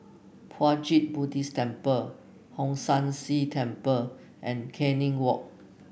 Puat Jit Buddhist Temple Hong San See Temple and Canning Walk